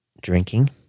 drinking